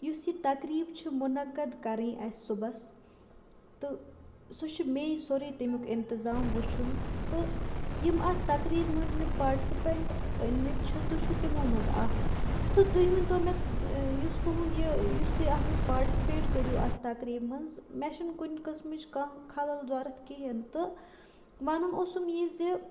یُس یہِ تَقریٖب چھُ مُنعقد کَرٕنۍ اَسہِ صُبحَس تہٕ سُہ چھُ مے سورُے تمیُک اِنتظام وٕچھُن تہٕ یِم اَتھ تقریٖب منٛز مےٚ پاٹسپی۪نٛٹ أنۍمٕتۍ چھِ تُہۍ چھُو تِمو منٛز اَکھ تہٕ تُہۍ ؤنۍتو مےٚ یُس تُہُنٛد یہِ یُس تُہۍ اَتھ منٛز پاٹسِپیٹ کٔرِو اَتھ تقریٖب منٛز مےٚ چھُنہٕ کُنہِ قٕسمٕچ کانٛہہ خلل ضوٚرتھ کِہیٖنۍ تہٕ وَنُن اوسُم یہِ زِ